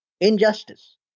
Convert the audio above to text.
injustice